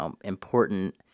important